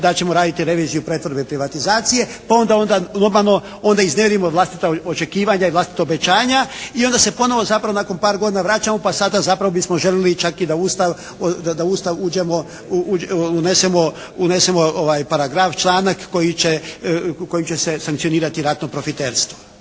da ćemo raditi reviziju pretvorbe i privatizacije. Pa onda normalno iznevjerimo vlastita očekivanja i vlastita obećanja. I onda se ponovo zapravo nakon par godina vraćamo pa sada zapravo bismo željeli čak i da u Ustav uđemo, unesemo paragraf, članak kojim će se sankcionirati ratno profiterstvo.